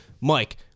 Mike